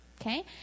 okay